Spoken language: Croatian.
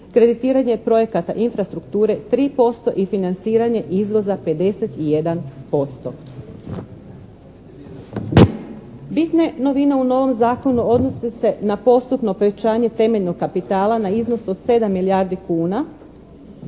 kreditiranje projekata infrastrukture 3% i financiranje izvoza 51%. Bitne novine u novom Zakonu odnose se na postupno povećanje temeljnog kapitala na iznos od 7 milijardi kuna.